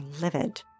livid